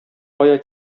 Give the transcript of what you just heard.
кая